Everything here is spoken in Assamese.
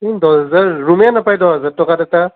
দহ হেজাৰ ৰুমেই নাপায় দহ হেজাৰ টকাত এটা